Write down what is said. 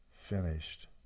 finished